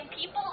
people